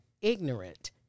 ignorant